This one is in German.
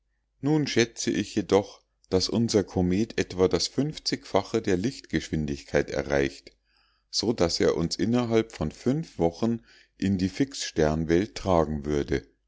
nun schätze ich jedoch daß unser komet etwa das fache der lichtgeschwindigkeit erreicht so daß er uns innerhalb fünf wochen in die fixsternwelt tragen würde